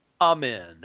Amen